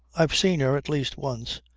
i've seen her, at least once.